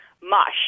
mush